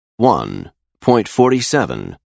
1.47